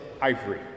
ivory